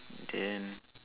then